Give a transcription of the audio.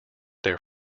their